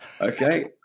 Okay